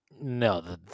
No